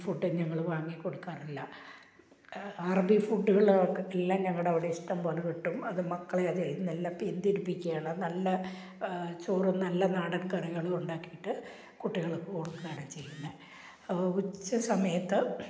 ഫുഡ്ഡും ഞങ്ങൾ വാങ്ങിക്കൊടുക്കാറില്ല അറബി ഫുഡ്ഡുകളൊക്കെ എല്ലാം ഞങ്ങളുടെ അവിടെ ഇഷ്ടംപോലെ കിട്ടും അത് മക്കളെ അതിൽ നിന്നെല്ലാം പിന്ത്തിരിപ്പിക്കുകയാണ് നല്ല ചോറും നല്ല നാടന് കറികളും ഉണ്ടാക്കിയിട്ട് കുട്ടികള്ക്ക് കൊടുക്കുകയാണ് ചെയ്യുന്നത് അപ്പോൾ ഉച്ചസമയത്ത്